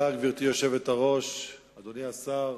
אדוני השר